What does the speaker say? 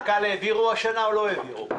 אז קק"ל העבירו השנה או לא העבירו?